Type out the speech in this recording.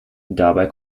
dabei